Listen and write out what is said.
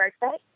birthday